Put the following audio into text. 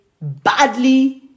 badly